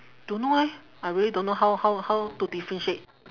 don't know eh I really don't know how how how to differentiate